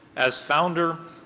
as founder,